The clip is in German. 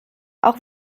auch